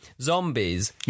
zombies